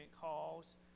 calls